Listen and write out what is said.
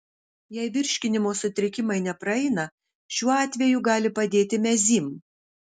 jei virškinimo sutrikimai nepraeina šiuo atveju gali padėti mezym